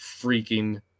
freaking